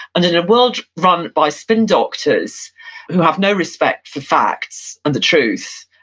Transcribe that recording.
and in a world run by spin doctors who have no respect for facts, and the truth,